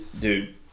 dude